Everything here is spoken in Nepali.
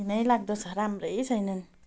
घिनै लाग्दो छ राम्रै छैन